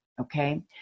Okay